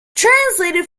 translated